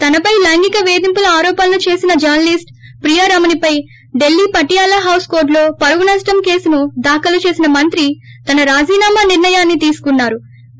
తనపై లైంగిక పేధింపుల ఆరోపణలు చేసిన జర్న లీస్లు ప్రియారమణిపై ఢిల్లీ పటియాల హౌస్ కోర్లులో పరువునప్లం కేసును దాఖలు చేసిన మంత్రి తన రాజీనామా నిర్ణయాన్ని తీసుకున్నా రు